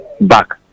back